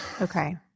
Okay